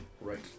Right